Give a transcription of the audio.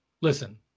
Listen